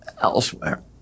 elsewhere